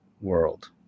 world